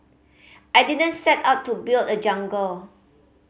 I didn't set out to build a jungle